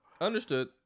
Understood